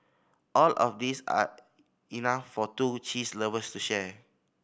all of these are enough for two cheese lovers to share